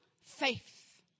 faith